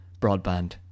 broadband